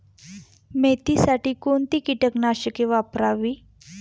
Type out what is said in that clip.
मेथीसाठी कोणती कीटकनाशके वापरावी?